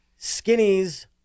skinnies